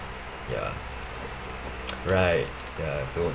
ya right ya so